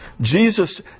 Jesus